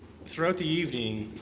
throughout the evening,